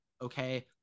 okay